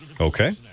Okay